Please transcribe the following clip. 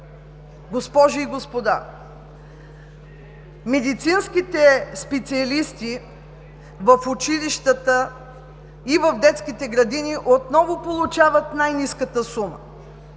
Госпожи и господа, медицинските специалисти в училищата и в детските градини отново получават най-ниската сума.